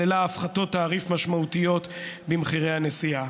וכללה הפחתות תעריף משמעותיות במחירי הנסיעה.